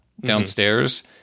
downstairs